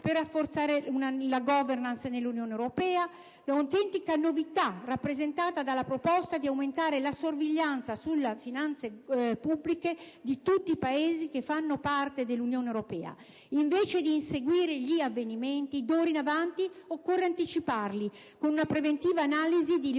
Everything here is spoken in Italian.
per rafforzare la *governance* nell'Unione europea. L'autentica novità è rappresentata dalla proposta di aumentare la sorveglianza sulle finanze pubbliche di tutti i Paesi che fanno parte dell'Unione europea. Invece di inseguire gli avvenimenti, d'ora in avanti occorre anticiparli con una preventiva analisi di livelli